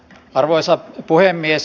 arvoisa puhemies